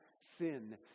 sin